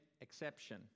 exception